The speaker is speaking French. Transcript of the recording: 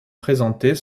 présentées